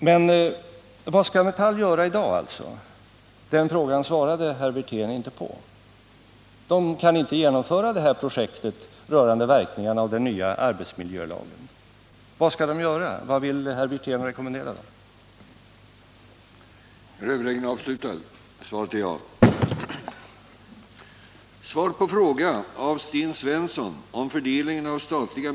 Men vad skall Metall göra i dag? Den frågan svarade herr Wirtén inte på. Man kan inte genomföra projekt rörande verkningarna av den nya arbetsmiljölagen. Vad vill herr Wirtén rekommendera Metall att göra?